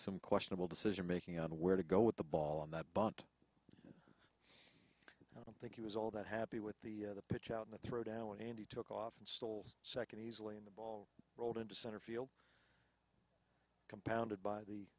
some questionable decision making on where to go with the ball on that bunt i don't think he was all that happy with the pitch on the throw down and he took off and still second easily in the ball rolled into center field compounded by the